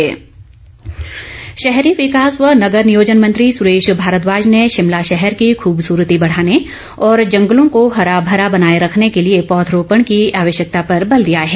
सुरेश भारद्वाज शहरी विकास व नगर नियोजन मंत्री सुरेश भारद्वाज ने शिमला शहर की खूबसुरती बढ़ाने और जंगलों को हरा भरा बनाए रखने के लिए पौधारोपण की आवश्यकता पर बल दिया है